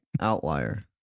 Outlier